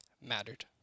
mattered